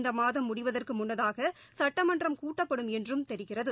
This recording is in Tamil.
இந்தமாதம் முடிவதற்குமுன்னதாகசுட்டமன்றம் கூட்டப்படும் என்றும் தெரிகிறது